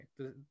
okay